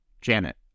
Janet